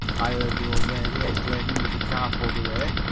i heard the old lady exclaiming as the car pulled away,